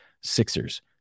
Sixers